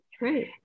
Right